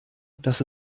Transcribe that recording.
das